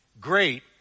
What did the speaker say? great